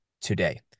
today